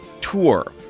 tour